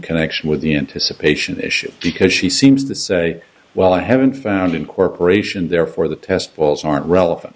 connection with the anticipation issue because she seems to say well i haven't found incorporation therefore the test balls aren't relevant